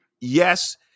yes